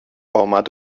آمد